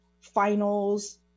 finals